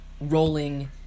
rolling